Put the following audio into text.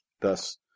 Thus